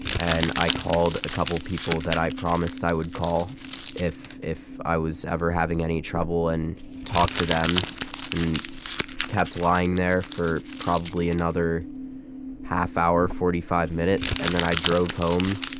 and i called a couple people that i promised i would call if if i was ever having any trouble and talked to them and kept lying there for probably another half hour, forty five minutes. and then i drove home,